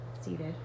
seated